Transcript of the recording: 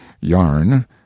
yarn